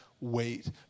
wait